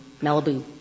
Malibu